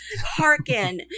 hearken